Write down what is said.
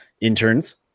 Interns